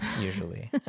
usually